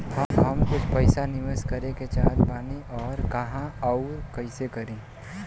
हम कुछ पइसा निवेश करे के चाहत बानी और कहाँअउर कइसे करी?